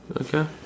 Okay